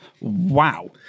Wow